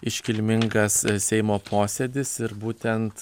iškilmingas seimo posėdis ir būtent